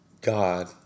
God